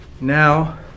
Now